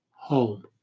home